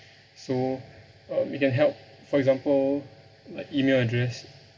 so uh we can help for example uh email address